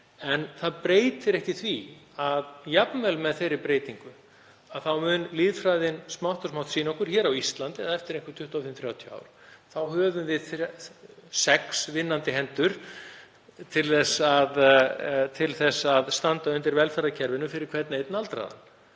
en það breytir ekki því að jafnvel með þeirri breytingu þá mun lýðfræðin smátt og smátt sýna okkur á Íslandi, eftir 25, 30 ár, að við höfum sex vinnandi hendur til að standa undir velferðarkerfinu fyrir hvern einn aldraðan.